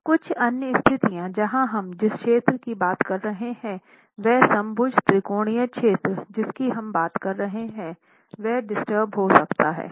कुछ अन्य स्थितियाँ जहां हम जिस क्षेत्र की बात कर रहे हैं वह समभुज त्रिकोणीय क्षेत्र जिसकी हम बात कर रहे हैं वह डीस्टर्ब हो सकता है